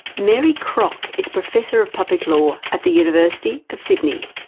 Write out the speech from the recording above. mary crock is professor of public law at the university of sydney.